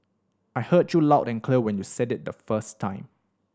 I heard you loud and clear when you said it the first time